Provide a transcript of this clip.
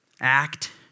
act